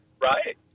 right